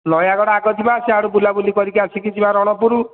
ନୟାଗଡ଼ ଆଗ ଯିବା ସେଆଡୁ ବୁଲା ବୁଲି କରିକି ଅସିକି ଯିବା ରଣପୁର